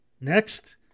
Next